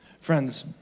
Friends